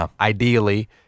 ideally